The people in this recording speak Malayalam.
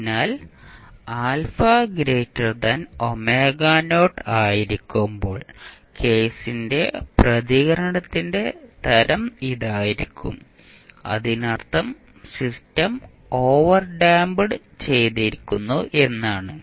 അതിനാൽ ɑ ആയിരിക്കുമ്പോൾ കേസിന്റെ പ്രതികരണത്തിന്റെ തരം ഇതായിരിക്കും അതിനർത്ഥം സിസ്റ്റം ഓവർഡാമ്പ് ചെയ്തിരിക്കുന്നു എന്നാണ്